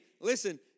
listen